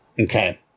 Okay